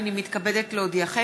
הנני מתכבדת להודיעכם,